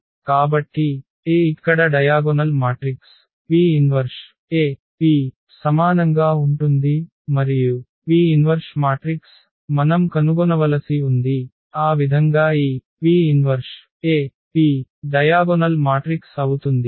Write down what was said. కాబట్టి A ఇక్కడ diagonal matrix P 1AP సమానంగా ఉంటుంది మరియు P ఇన్వర్ష్ మాట్రిక్స్ మనం కనుగొనవలసి ఉంది ఆ విధంగా ఈ P 1AP డయాగొనల్ మాట్రిక్స్ అవుతుంది